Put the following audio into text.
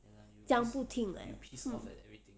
讲不听 eh hmm